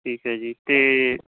ਠੀਕ ਹੈ ਜੀ ਅਤੇ